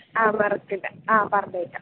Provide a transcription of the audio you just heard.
ആഹ് മറക്കില്ല ആഹ് പറഞ്ഞേക്കാം